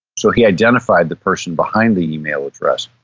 so he identified the person behind the email address.